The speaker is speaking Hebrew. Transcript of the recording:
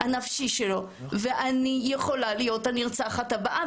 כן, ואני יכולה להיות הנרצחת הבאה.